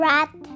Rat